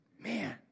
Man